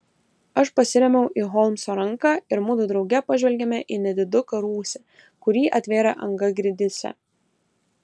aš pasirėmiau į holmso ranką ir mudu drauge pažvelgėme į nediduką rūsį kurį atvėrė anga grindyse